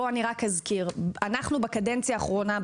אזכיר שבקדנציה האחרונה,